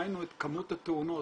היינו את כמות התאונות.